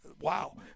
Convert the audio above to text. wow